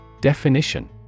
Definition